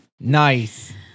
Nice